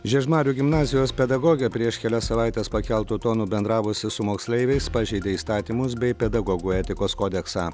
žiežmarių gimnazijos pedagogė prieš kelias savaites pakeltu tonu bendravusi su moksleiviais pažeidė įstatymus bei pedagogų etikos kodeksą